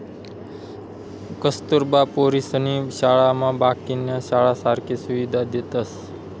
कस्तुरबा पोरीसनी शाळामा बाकीन्या शाळासारखी सुविधा देतस